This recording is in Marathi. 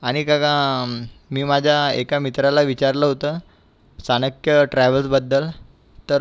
आणि काका मी माझ्या एका मित्राला विचारलं होतं चाणक्य ट्रॅवल्सबद्दल तर